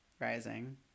rising